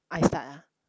I start ah